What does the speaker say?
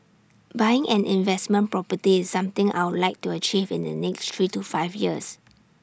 buying an investment property is something I'll like to achieve in the next three to five years